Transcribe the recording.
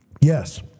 Yes